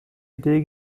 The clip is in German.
idee